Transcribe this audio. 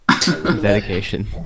Dedication